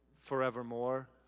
forevermore